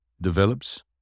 develops